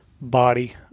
body